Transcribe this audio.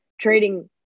trading